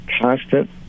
constant